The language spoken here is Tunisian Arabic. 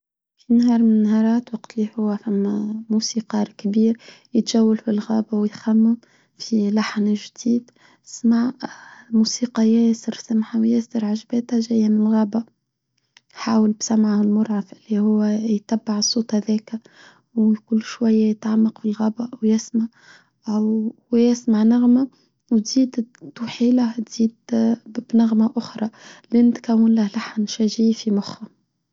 في نهار من النهارات وقديه هو ثم موسيقار كبير يتجول في الغابة ويخمم في لحن جديد يسمع موسيقى ياسر سمعها وياسر عجباتها جاية من الغابة حاول بسمعها المرعق اللي هو يتبع صوتها ذاك وكل شوية يتعمق في الغابة ويسمع نغمة وتزيد توحيلها تزيد بنغمة أخرى ليند كامولا لحن شجيع في مخه.